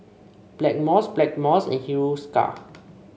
Blackmores Blackmores and Hiruscar